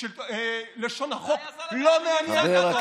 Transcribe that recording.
לשון החוק לא מעניינת אותו.